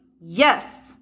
Yes